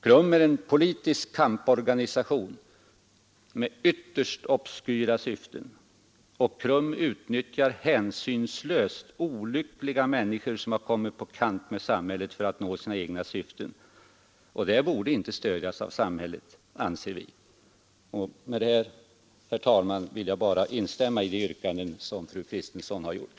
KRUM är en politisk kamporganisation med ytterst obskyra syften, och för att nå sina egna syften utnyttjar KRUM hänsynslöst olyckliga människor som har kommit på kant med samhället, och den verksamheten borde inte stödjas av samhället, anser vi. Med detta, herr talman, vill jag bara instämma i de yrkanden som fru Kristensson har gjort.